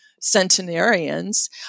centenarians